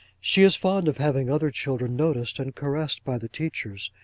she is fond of having other children noticed and caressed by the teachers,